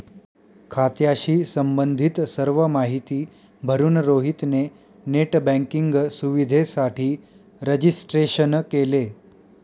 खात्याशी संबंधित सर्व माहिती भरून रोहित ने नेट बँकिंग सुविधेसाठी रजिस्ट्रेशन केले